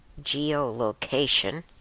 geolocation